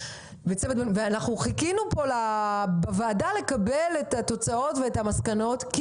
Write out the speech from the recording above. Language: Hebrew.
ואנחנו חיכינו פה בוועדה לקבל את התוצאות ואת המסקנות של זה.